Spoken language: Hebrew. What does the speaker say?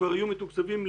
היו מתוקצבים.